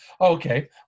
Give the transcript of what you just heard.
Okay